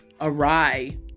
awry